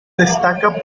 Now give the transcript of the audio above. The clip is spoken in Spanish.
destacando